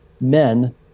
men